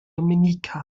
dominica